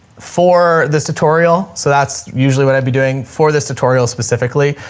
for this tutorial. so that's usually what i'd be doing for this tutorial specifically.